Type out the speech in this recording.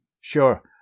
Sure